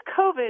COVID